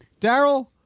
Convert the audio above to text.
Daryl